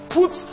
Put